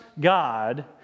God